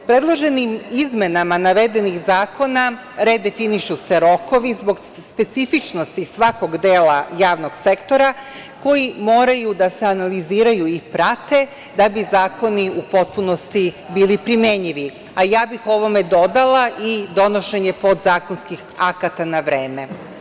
Predloženim izmenama navedenih zakona, redefinišu se rokovi zbog specifičnosti svakog dela javnog sektora, koji moraju da se analiziraju i prate da bi zakoni u potpunosti bili primenljivi,a ja bih ovome dodala i donošenje podzakonskih akata na vreme.